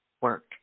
work